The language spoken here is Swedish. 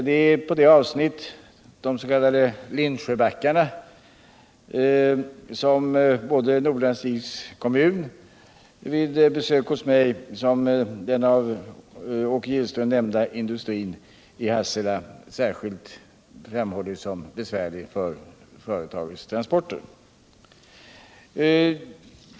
Det är ett visst avsnitt, de s.k. Lindsjöbackarna, som företrädare för såväl Nordanstigs kommun vid besök hos mig som den av Åke Gillström nämnda industrin i Hassela framhållit som särskilt besvärligt för företagens transporter.